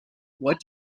what